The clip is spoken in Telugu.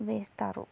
వేస్తారు